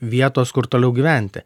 vietos kur toliau gyventi